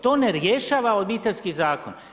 To ne rješava Obiteljski zakon.